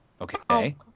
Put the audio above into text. Okay